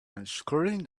unscrewing